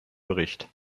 bericht